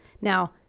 now